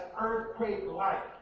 earthquake-like